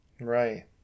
right